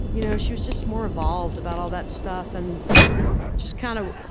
you know she was just more evolved about all that stuff and just kind of